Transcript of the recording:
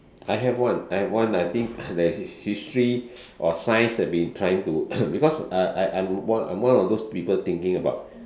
I have one I have one I think that history or science that been trying to because uh I I I I'm one of those people thinking about